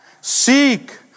seek